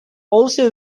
also